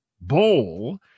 bowl